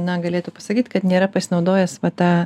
na galėtų pasakyt kad nėra pasinaudojęs va ta